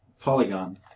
Polygon